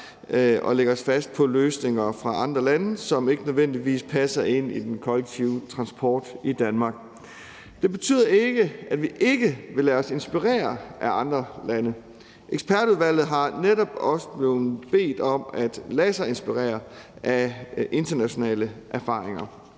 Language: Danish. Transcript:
og lægger os fast på løsninger fra andre lande, som ikke nødvendigvis passer ind i den kollektive transport i Danmark. Det betyder ikke, at vi ikke vil lade os inspirere af andre lande. Ekspertudvalget er netop også blevet bedt om at lade sig inspirere af internationale erfaringer.